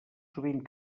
sovint